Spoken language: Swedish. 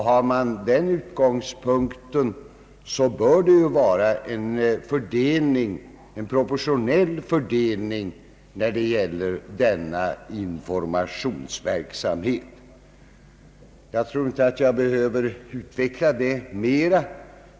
Har man den utgångspunkten bör det ju vara en proportionell fördelning när det gäller denna informationsverksamhet. Jag tror inte att jag behöver utveckla detta ytterligare.